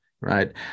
right